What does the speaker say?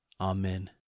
Amen